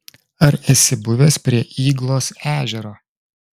ar esi buvęs prie yglos ežero